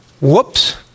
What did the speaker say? Whoops